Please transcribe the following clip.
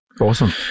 awesome